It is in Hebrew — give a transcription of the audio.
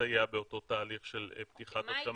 ונסייע באותו תהליך של פתיחת השמיים.